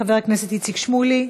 חבר הכנסת איציק שמולי,